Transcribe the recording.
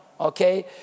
Okay